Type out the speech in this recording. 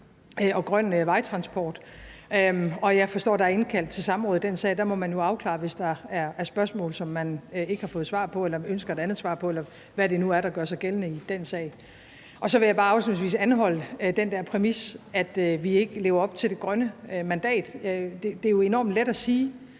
og grøn vejtransport, og jeg forstår, at der er indkaldt til samråd i den sag, og der må man jo afklare, hvis der er spørgsmål, som man ikke har fået svar på, eller som man ønsker et andet svar på, eller hvad det nu er, der gør sig gældende i den sag. Så vil jeg bare afslutningsvis anholde den der præmis om, at vi ikke lever op til det grønne mandat. Det er jo enormt let at sige,